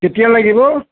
কেতিয়া লাগিব